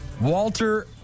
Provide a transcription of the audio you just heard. Walter